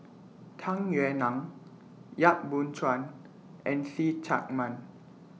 Tung Yue Nang Yap Boon Chuan and See Chak Mun